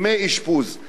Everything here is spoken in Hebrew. ומעל לכול,